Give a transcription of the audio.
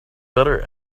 better